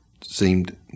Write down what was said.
seemed